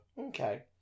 okay